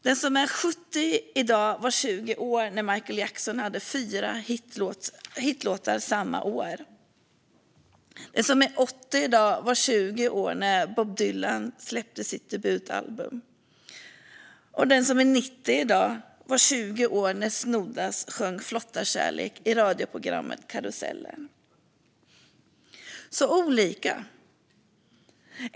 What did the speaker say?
Den som är 70 i dag var 20 år när Michael Jackson hade fyra hitlåtar samma år. Den som är 80 i dag var 20 år när Bob Dylan släppte sitt debutalbum. Den som är 90 i dag var 20 år när Snoddas sjöng Flottarkärlek i radioprogrammet Karusellen . Så olika är det.